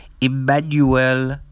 Emmanuel